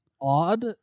odd